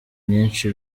nyinshi